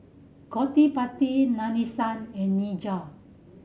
Gottipati Nadesan and